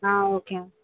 முக்கியம்